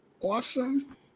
awesome